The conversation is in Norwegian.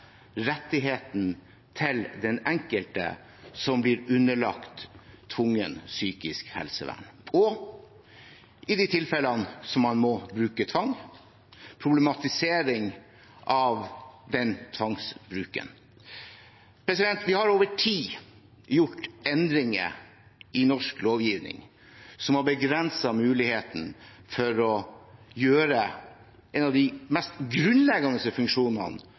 i de tilfellene som man må bruke tvang – problematisering av den tvangsbruken. Vi har over tid gjort endringer i norsk lovgivning som har begrenset muligheten for å ta i bruk en av de mest grunnleggende funksjonene